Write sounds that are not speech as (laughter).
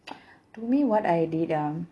(noise) to me what I did ah